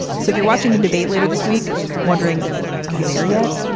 so if you're watching the debate later this week wondering are we there yet.